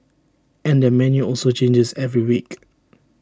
and their menu also changes every week